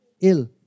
ill